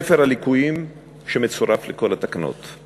"ספר הליקויים" שמצורף לכל התקנות.